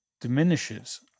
diminishes